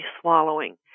swallowing